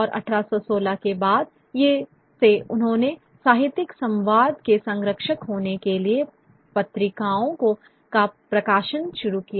और 1816 के बाद से उन्होंने साहित्यिक स्वाद के संरक्षक होने के लिए पत्रिकाओं का प्रकाशन शुरू किया